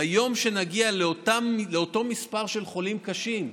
ביום שנגיע לאותו מספר של חולים קשים,